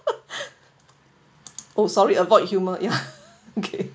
oh sorry avoid humour ya okay